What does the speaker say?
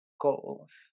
goals